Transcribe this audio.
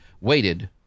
waited